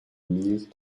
mille